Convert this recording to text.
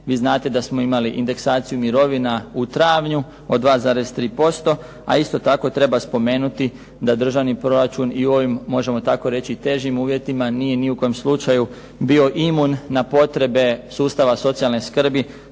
Vi znate da smo imali indeksaciju mirovina u travnju od 2,3%, a isto tako treba spomenuti da državni proračun i u ovim, možemo tako reći, težim uvjetima nije ni u kojem slučaju bio imun na potrebe sustava socijalne skrbi